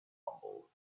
humble